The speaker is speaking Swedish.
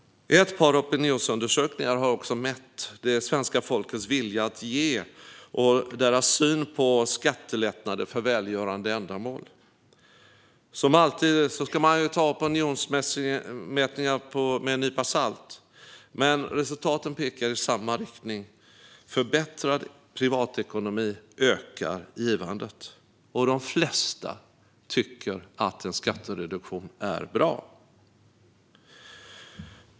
Ett par opinionsundersökningar har mätt svenska folkets vilja att ge och deras syn på skattelättnader för välgörande ändamål. Som alltid ska man ta opinionsmätningar med en nypa salt, men resultaten pekar i samma riktning: Förbättrad privatekonomi ökar givandet. De flesta tycker att en skattereduktion är bra.